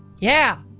yeah!